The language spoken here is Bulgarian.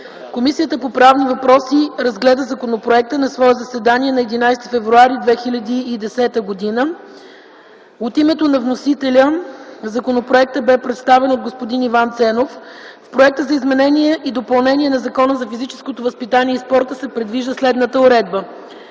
„Комисията по правни въпроси разгледа законопроекта на свое заседание на 11 февруари 2010 г. От името на вносителя законопроектът бе представен от господин Иван Ценов. В проекта за изменение и допълнение на Закона за физическото възпитание и спорта се предвижда следната уредба.